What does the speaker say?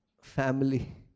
family